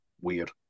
weird